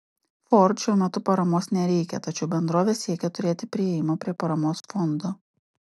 ford šiuo metu paramos nereikia tačiau bendrovė siekia turėti priėjimą prie paramos fondo